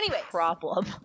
problem